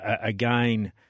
Again